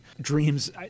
Dreams